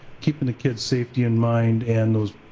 keeping the kids safety in mind, and those,